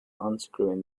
unscrewing